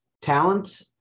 talent